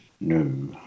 No